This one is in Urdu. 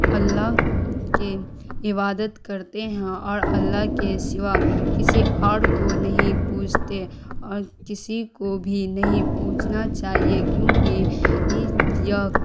اللہ کے عبادت کرتے ہیں اور اللہ کے سوا کسی اور کو نہیں پوجتے اور کسی کو بھی نہیں پوجنا چاہیے کیونکہ یہ